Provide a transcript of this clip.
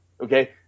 okay